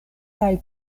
kaj